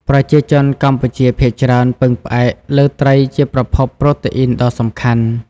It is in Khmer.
ប្រជាជនកម្ពុជាភាគច្រើនពឹងផ្អែកលើត្រីជាប្រភពប្រូតេអ៊ីនដ៏សំខាន់។